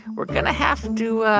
we're going to have to.